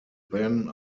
then